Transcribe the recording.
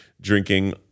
drinking